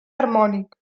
harmònic